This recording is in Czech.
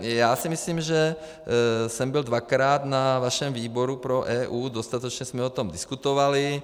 Já si myslím, že jsem byl dvakrát na vašem výboru pro EU, dostatečně jsme o tom diskutovali.